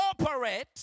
operate